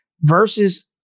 versus